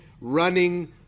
running